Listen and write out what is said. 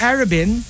Arabin